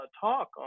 talk